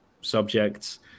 subjects